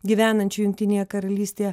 gyvenančių jungtinėje karalystėje